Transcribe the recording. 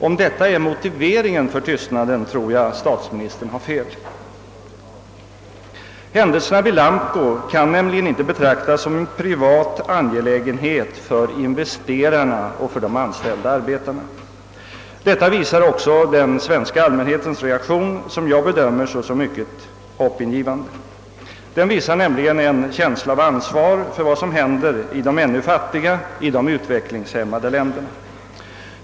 Om detta är motiveringen för tystnaden tror jag att statsministern har fel. Händelserna vid Lamco kan nämligen inte betraktas som en privat angelägenhet för investerarna och de anställda arbetarna. Detta visar också den svenska allmänhetens reaktion, som jag bedömer såsom mycket hoppingivande. Den visar nämligen en känsla av ansvar för vad som händer i de ännu fattiga, i de utvecklingshämmade länderna.